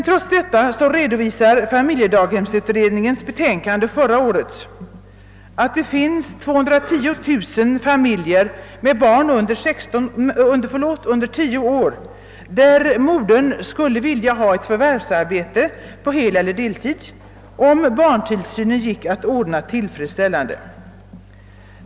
Trots detta redovisas i familjedaghemsutredningens betänkande förra året att det finns 210 000 familier med barn under tio år, där modern skulle vilja ha ett förvärvsarbete på heleller deltid, om barntillsynen gick att ordna tillfredsställande.